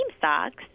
socks